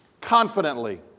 confidently